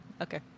Okay